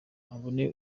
abone